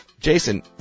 Jason